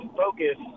focus